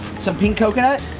so pink coconut?